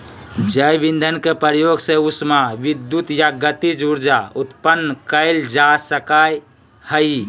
जैव ईंधन के प्रयोग से उष्मा विद्युत या गतिज ऊर्जा उत्पन्न कइल जा सकय हइ